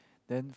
then